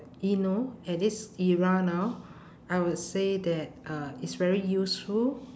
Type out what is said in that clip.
you know at this era now I would say that uh it's very useful